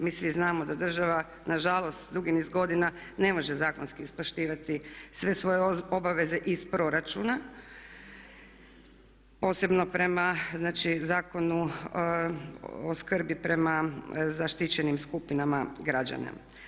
Mi svi znamo da država nažalost dugi niz godina ne može zakonski ispoštivati sve svoje obveze iz proračuna posebno prema znači Zakonu o skrbi prema zaštićenim skupinama građana.